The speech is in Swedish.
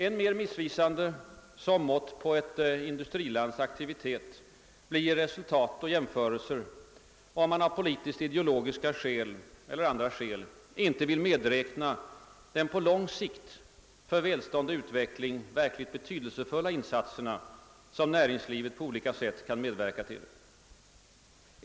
än mer missvisande som mått på ett industrilands aktivitet blir resultat och jämförelser, om man av politisk-ideologiska eller andra skäl inte vill medräkna de på lång sikt för välstånd och utveckling verkligt betydelsefulla insatserna som näringslivet på olika sätt kan medverka till.